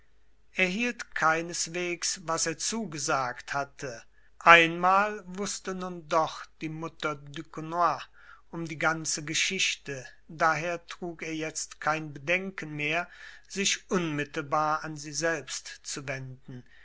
hielt keineswegs was er zugesagt hatte einmal wußte nun doch die mutter duquenoi um die ganze geschichte daher trug er jetzt kein bedenken mehr sich unmittelbar an sie selbst zu wenden